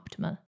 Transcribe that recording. optimal